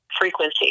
frequency